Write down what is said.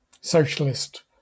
socialist